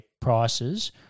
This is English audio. prices